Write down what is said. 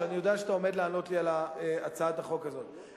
אני יודע שאתה עומד לענות לי על הצעת החוק הזאת,